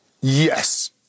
Yes